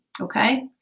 Okay